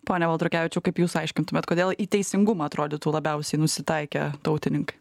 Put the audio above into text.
pone baltrukevičiau kaip jūs aiškintumėt kodėl į teisingumą atrodytų labiausiai nusitaikę tautininkai